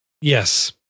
Yes